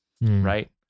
Right